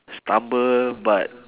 stumble but